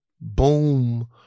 boom